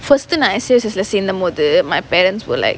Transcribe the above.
first uh நான்:naan S_U_S_S lah சேந்தமோது:saenthamothu my parents were like